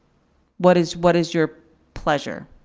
what is what is your pleasure?